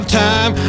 time